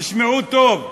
תשמעו טוב,